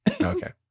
Okay